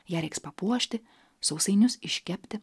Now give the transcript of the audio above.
ją reiks papuošti sausainius iškepti